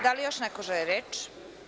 Da li još neko želi reč?